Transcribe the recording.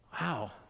wow